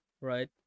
right